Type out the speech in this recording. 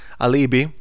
alibi